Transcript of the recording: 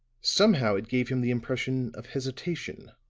somehow it gave him the impression of hesitation,